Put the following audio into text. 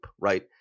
right